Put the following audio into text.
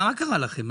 מה קרה לכם?